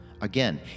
Again